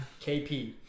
KP